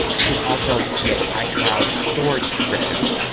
you can also get icloud storage subscriptions.